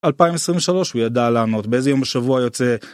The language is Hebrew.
2023 הוא ידע לענות באיזה יום בשבוע יוצא...